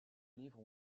livres